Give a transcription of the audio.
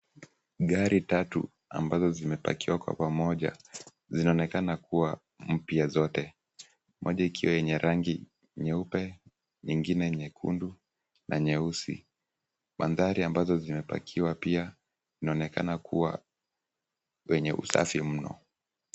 Gari tatu ambazo zimepakiwa kwa pamoja zinaonekana kuwa mpya zote. Moja ikiwa yenye rangi nyeupe, nyingine nyekundu na nyeusi. Mandhari ambazo zimepakiwa pia inaonekana kuwa penye usafi mno.